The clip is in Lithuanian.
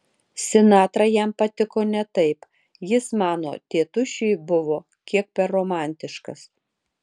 sinatra jam patiko ne taip jis mano tėtušiui buvo kiek per romantiškas